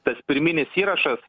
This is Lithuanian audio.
tas pirminis įrašas